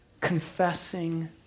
confessing